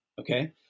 Okay